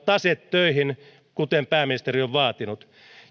tase töihin kuten pääministeri on vaatinut